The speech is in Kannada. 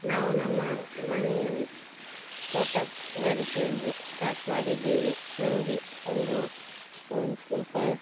ನಾವು ನಮ್ಮ ಮನೆಯ ತೋಟಗಾರಿಕೆಯನ್ನು ಸ್ಟಾರ್ಟ್ ಮಾಡಿದ್ದೇವೆ ನಮಗೆ ಒಂದು ಒಂದು ಸ್ವಲ್ಪ